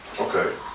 Okay